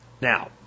Now